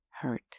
hurt